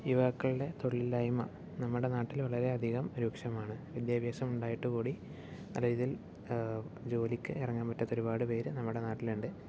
യുവാക്കളുടെ തൊഴില്ലിയായ്മ നമ്മുടെ നാട്ടില് വളരെ അധികം രൂക്ഷമാണ് വിദ്യഭ്യാസം ഉണ്ടായിട്ടുകൂടി പലയിതിൽ ജോലിക്ക് ഇറങ്ങാൻ പറ്റാത്ത ഒരുപാട് പേര് നമ്മുടെ നാട്ടിലുണ്ട്